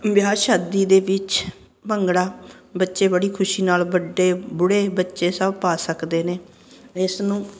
ਵਿਆਹ ਸ਼ਾਦੀ ਦੇ ਵਿੱਚ ਭੰਗੜਾ ਬੱਚੇ ਬੜੀ ਖੁਸ਼ੀ ਨਾਲ ਵੱਡੇ ਬੁੜੇ ਬੱਚੇ ਸਭ ਪਾ ਸਕਦੇ ਨੇ ਇਸ ਨੂੰ